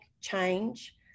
change